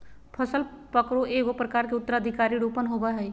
फसल पकरो एगो प्रकार के उत्तराधिकार रोपण होबय हइ